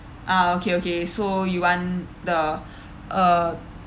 uh okay okay so you want the uh